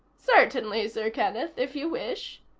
certainly, sir kenneth, if you wish,